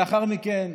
לאחר מכן,